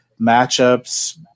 matchups